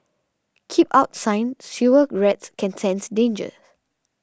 keep out sign sewer rats can sense dangers